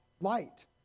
light